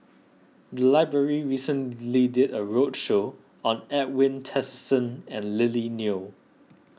the library recently did a roadshow on Edwin Tessensohn and Lily Neo